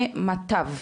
ממטב.